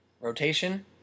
Rotation